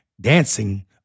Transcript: dancing